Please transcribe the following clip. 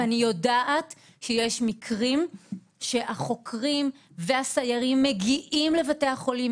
ואני יודעת שיש מקרים שהחוקרים והסיירים מגיעים לבתי החולים,